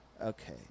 Okay